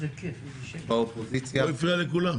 באופוזיציה,